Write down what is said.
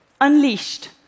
unleashed